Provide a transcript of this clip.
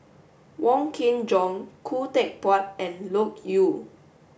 Wong Kin Jong Khoo Teck Puat and Loke Yew